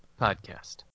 podcast